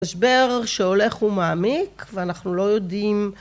משבר שהולך ומעמיק ואנחנו לא יודעים